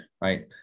right